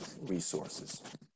resources